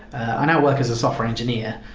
i now work as a software engineer,